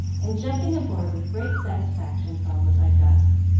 and jumping aboard with great satisfaction, followed by gus.